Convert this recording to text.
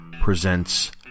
presents